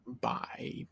Bye